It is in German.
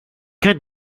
kann